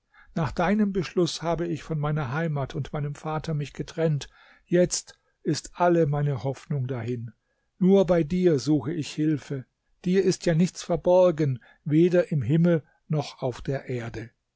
nach deinem beschluß habe ich von meiner heimat und meinem vater mich getrennt jetzt ist alle meine hoffnung dahin nur bei dir suche ich hilfe dir ist ja nichts verborgen weder im himmel noch auf der erde